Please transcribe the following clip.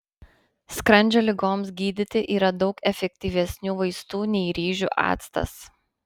skrandžio ligoms gydyti yra daug efektyvesnių vaistų nei ryžių actas